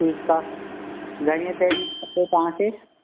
ठीकु आहे घणी देरि में खपे तव्हांखे